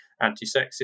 anti-sexist